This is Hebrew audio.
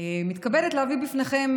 אני מתכבדת להביא בפניכם,